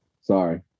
Sorry